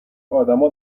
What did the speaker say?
ادما